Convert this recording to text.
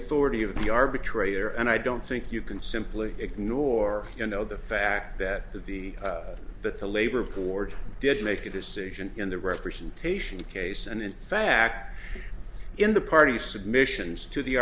authority of the arbitrator and i don't think you can simply ignore you know the fact that the that the labor of court did make a decision in the representation case and in fact in the party submissions to the